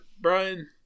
Brian